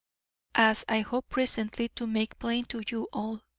as i hope presently to make plain to you all.